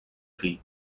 fill